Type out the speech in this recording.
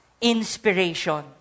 inspiration